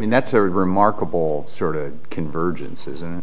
mean that's a remarkable sort of convergences and